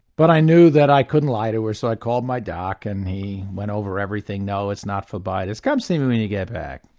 but i knew that i couldn't lie to her, so i called my doc and he went over everything no it's not phlebitis come see me when you get back.